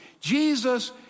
Jesus